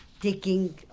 taking